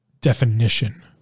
definition